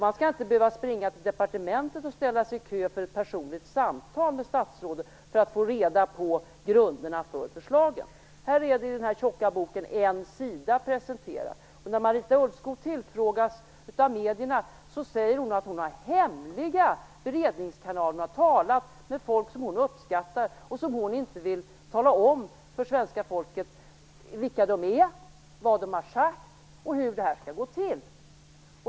Man skall inte behöva springa till departementet och ställa sig i kö för ett personligt samtal med statsrådet för att få reda på grunderna för förslagen. I den här tjocka propositionen är de presenterade på en sida. När Marita Ulvskog tillfrågas av medierna säger hon att hon har hemliga beredningskanaler. Hon har talat med folk som hon uppskattar. Men hon vill inte tala om för svenska folket vilka de är, vad de har sagt och hur det här skall gå till.